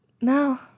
no